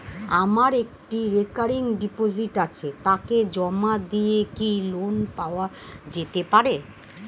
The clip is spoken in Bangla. আমার একটি রেকরিং ডিপোজিট আছে তাকে জমা দিয়ে কি লোন পাওয়া যেতে পারে?